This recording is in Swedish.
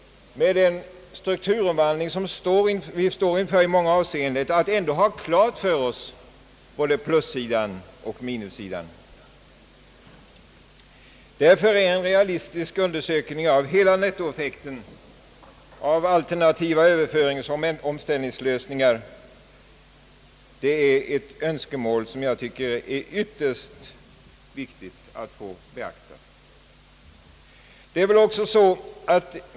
Med den strukturomvandling som vi i många avseenden står inför är det dock nödvändigt att vi har klart för oss både plussidan och minussidan. Därför är en realistisk undersökning av hela nettoeffekten, av alternativa överföringsoch omställningslös ningar, ett önskemål som det är ytterst viktigt att få beaktat.